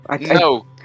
No